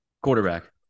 Quarterback